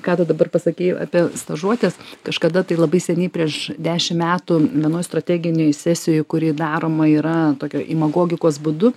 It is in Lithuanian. ką tu dabar pasakei apie stažuotes kažkada tai labai seniai prieš dešim metų vienoj strateginėj sesijoj kuri daroma yra tokio imagogikos būdu